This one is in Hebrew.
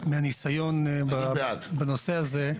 מהניסיון בנושא הזה,